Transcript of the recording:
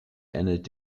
ähnelt